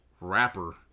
rapper